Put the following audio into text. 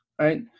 Right